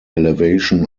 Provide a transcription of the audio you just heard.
elevation